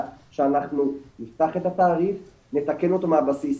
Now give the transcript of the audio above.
שאנחנו נפתח את התעריף ונתקן אותו מהבסיס.